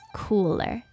cooler